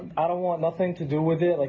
i don't want nothing to do with it. like